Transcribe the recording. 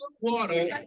water